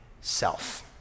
self